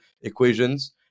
equations